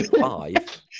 Five